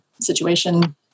situation